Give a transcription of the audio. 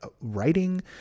writing